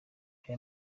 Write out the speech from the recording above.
ayo